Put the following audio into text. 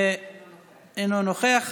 אינו נוכח,